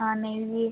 ஆ நெய்